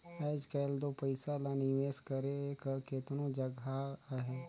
आएज काएल दो पइसा ल निवेस करे कर केतनो जगहा अहे